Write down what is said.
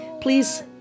Please